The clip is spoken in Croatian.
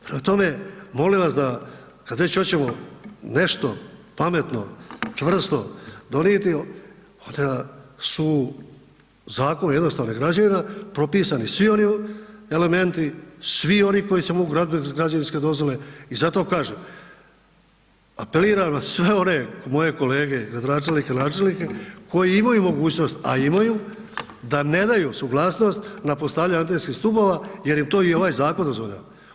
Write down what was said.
Prema tome, molim vas da kad već hoćemo nešto pametno, čvrsto donijeti, onda su zakoni o jednostavnim građevina, propisani svi oni elementi, svi oni koji se mogu gradit bez građevinske dozvole i zato kažem, apeliram na sve one moje kolege, gradonačelnike, načelnike koji imaju mogućnost, a imaju, da ne daju suglasnost na postavljanje atenskih stupova jer im to i ovaj zakon dozvoljava.